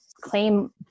claim